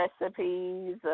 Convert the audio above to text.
recipes